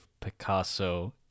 Picasso